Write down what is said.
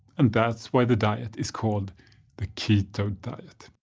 and that's why the diet is called the keto diet.